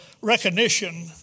recognition